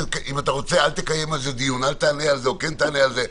אם אתה רוצה אל תקיים על זה דיון אל תענה על זה או כן תענה על זה.